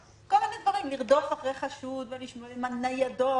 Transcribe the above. לרדוף אחרי חשוד עם ניידות.